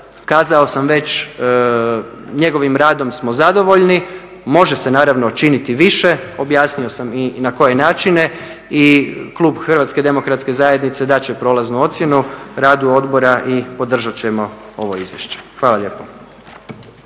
kazao sam već njegovim radom smo zadovoljni, može se činiti više, objasnio sam i na koji načine i klub HDZ-a dat će prolaznu ocjenu radu odbora i podržat ćemo ovo izvješće. Hvala lijepo.